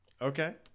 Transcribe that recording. Okay